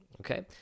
Okay